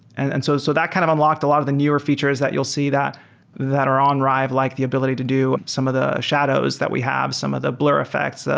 and and so so that kind of unlocked a lot of the newer features that you'll see that that are on rive, like the ability to do some of the shadows that we have, some of the blur effects,